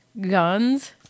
guns